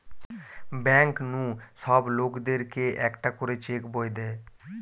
bank নু সব লোকদের কে একটা করে চেক বই দে